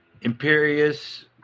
Imperius